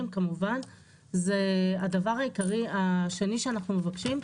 כמובן זה הדבר העיקרי השני שאנחנו מבקשים,